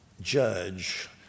judge